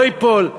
לא ייפול,